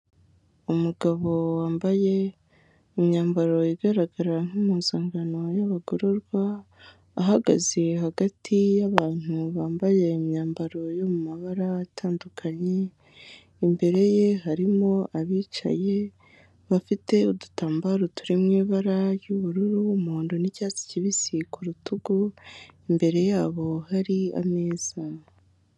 Umugabo wambaye imyambaro igaragara nk'impuzangano y'abagororwa ahagaze hagati y'abantu bambaye imyambaro yo mu mabara atandukanye imbere ye harimo abicaye bafite udutambaro turi mu ibara ry'ubururu n'umuhondo n'icyatsi kibisi ku rutugu imbere yabo hari ameza.